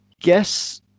Guess